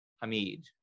Hamid